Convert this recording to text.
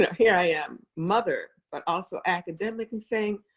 here i am mother, but also academic and saying,